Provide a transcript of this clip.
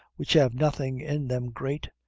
which have nothing in them great,